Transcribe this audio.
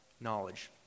knowledge